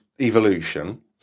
evolution